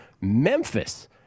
Memphis